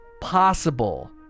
possible